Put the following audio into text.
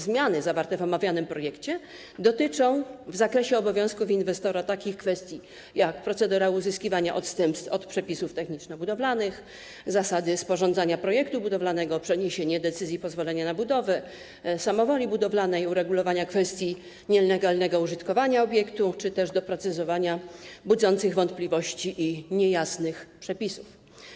Zmiany zawarte w omawianym projekcie dotyczą w zakresie obowiązków inwestora takich kwestii jak: procedura uzyskiwania odstępstw od przepisów techniczno-budowlanych, zasady sporządzania projektu budowlanego, przeniesienie decyzji o pozwoleniu na budowę, samowola budowlana, uregulowanie kwestii nielegalnego użytkowania obiektu czy też doprecyzowanie budzących wątpliwości i niejasnych przepisów.